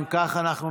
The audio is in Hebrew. אם כך, אנחנו